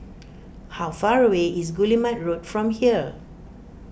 how far away is Guillemard Road from here